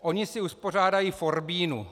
Oni si uspořádají forbínu.